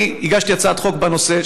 אני הגשתי הצעת חוק בנושא,